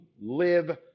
live